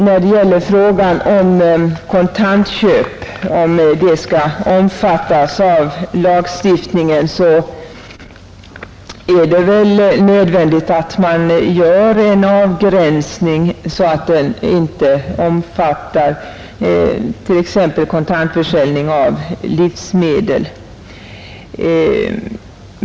När det gäller frågan huruvida kontantköp skall omfattas av lagstiftningen synes det nödvändigt att göra en avgränsning, så att lagstiftningen inte omfattar t.ex. kontantförsäljning av livsmedel.